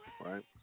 right